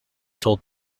told